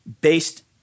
based